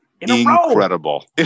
Incredible